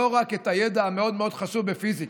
לא רק את הידע המאוד מאוד חשוב בפיזיקה,